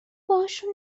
باهاشون